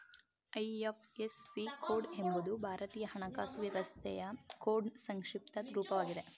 IFSC code ಎಂಬುದು ಭಾರತೀಯ ಹಣಕಾಸು ವ್ಯವಸ್ಥೆಯ ಕೋಡ್ನ್ ಸಂಕ್ಷಿಪ್ತ ರೂಪವಾಗಿದೆ